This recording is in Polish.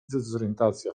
dezorientacja